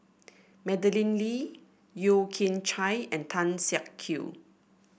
Madeleine Lee Yeo Kian Chye and Tan Siak Kew